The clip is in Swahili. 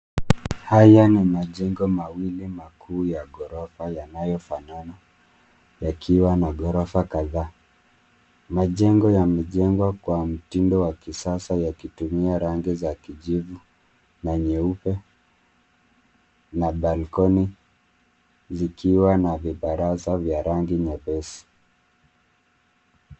Haya ni majengo mawili makuu ya ghorofa yanayofanana yakiwa na ghorofa kadhaa. Majengo yamejengwa kwa mtindo wa kisasa ya kutumia rangi za kijivu na nyeupe na balcony zikiwa na vibaraza vya rangi nyepesi.